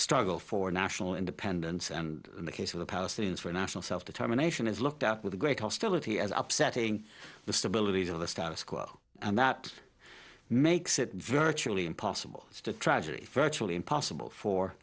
struggle for national independence and in the case of the palestinians for national self determination is looked at with great hostility as upsetting the stability of the status quo and that makes it virtually impossible just a tragedy factually impossible for